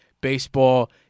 Baseball